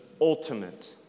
ultimate